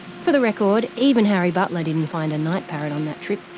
for the record, even harry butler didn't find night parrot on that trip.